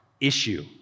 issue